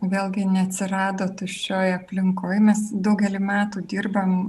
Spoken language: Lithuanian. vėlgi neatsirado tuščioj aplinkoj mes daugelį metų dirbam